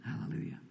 Hallelujah